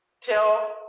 tell